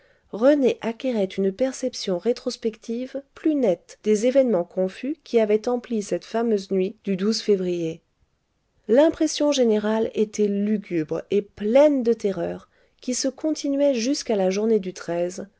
rené acquérait une perception rétrospective plus nette des événements confus qui avaient empli cette fameuse nuit du février l'impression générale était lugubre et pleine de terreurs qui se continuaient jusqu'à la journée du